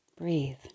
Breathe